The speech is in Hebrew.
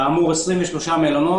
23 מלונות.